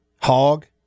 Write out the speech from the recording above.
Hog